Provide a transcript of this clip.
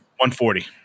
140